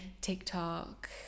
tiktok